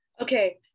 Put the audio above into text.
Okay